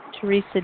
Teresa